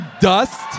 dust